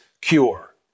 cure